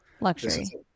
luxury